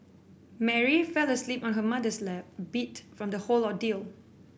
Mary fell asleep on her mother's lap beat from the whole ordeal